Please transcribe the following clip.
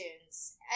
Tunes